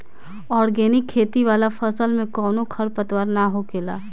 organic खेती वाला फसल में कवनो खर पतवार ना होखेला